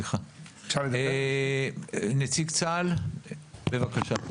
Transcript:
נציג צה"ל, בבקשה.